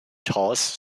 tallest